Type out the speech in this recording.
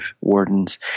wardens